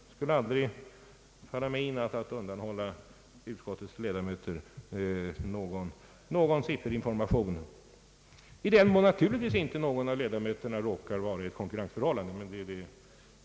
Det skulle aldrig falla mig in att undanhålla utskottets ledamöter någon sifferinformation, i den mån naturligtvis inte någon av ledamöterna råkar befinna sig i ett konkurrensförhållande.